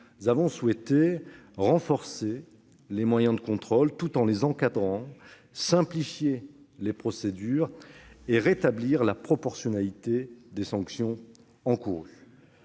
nous avons souhaité renforcer les moyens de contrôle, tout en les encadrant, simplifier les procédures et rétablir la proportionnalité des sanctions encourues.